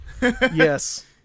yes